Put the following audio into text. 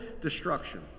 destruction